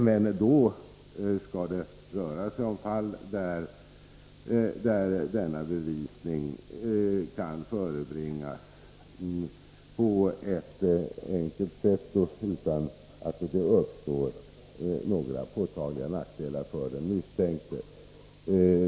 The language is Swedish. Men då skall det röra sig om sådana fall där denna bevisning kan förebringas på ett enkelt sätt utan att det betyder några påtagliga nackdelar för den misstänkte.